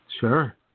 Sure